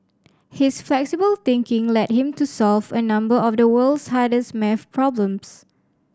his flexible thinking led him to solve a number of the world's hardest maths problems